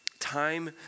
time